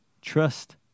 Trust